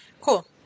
Cool